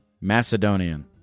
Macedonian